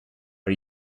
are